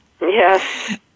Yes